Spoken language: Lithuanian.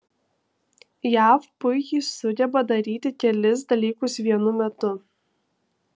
jav puikiai sugeba daryti kelis dalykus vienu metu